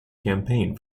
campaign